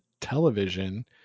television